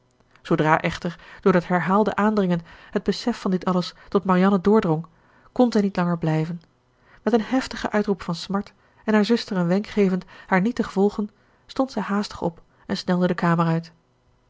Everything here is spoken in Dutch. zoodra echter door dat herhaalde aandringen het besef van dit alles tot marianne doordrong kon zij niet langer blijven met een heftigen uitroep van smart en haar zuster een wenk gevend haar niet te volgen stond zij haastig op en snelde de kamer uit